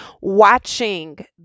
watching